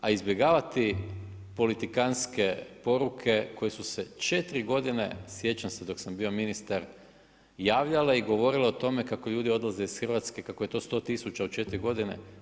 A izbjegavati politikantske poruke koje su se četiri godine sjećam se dok sam bio ministar javljale i govorilo o tome kako ljudi odlaze iz Hrvatske, kako je to 100 tisuća u četiri godine.